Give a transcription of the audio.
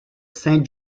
saint